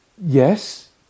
Yes